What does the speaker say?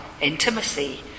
intimacy